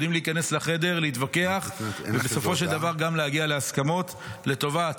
יודעים להיכנס לחדר להתווכח ובסופו של דבר גם להגיע להסכמות לטובת